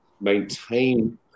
maintain